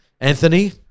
Anthony